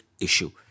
issue